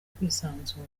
kwisanzura